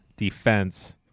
Defense